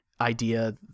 idea